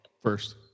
First